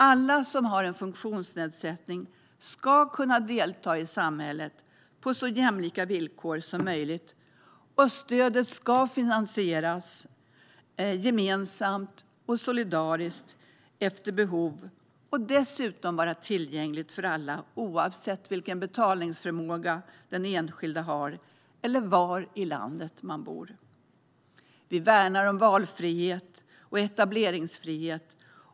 Alla som har en funktionsnedsättning ska kunna delta i samhället på så jämlika villkor som möjligt, och stödet ska finansieras gemensamt och solidariskt efter behov. Dessutom ska det vara tillgängligt för alla, oavsett vilken betalningsförmåga den enskilde har eller var i landet man bor. Vi värnar om valfrihet och etableringsfrihet.